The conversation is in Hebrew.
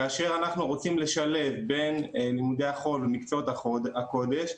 כאשר אנחנו רוצים לשלב בין לימודי החול ומקצועות הקודש,